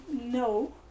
no